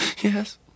Yes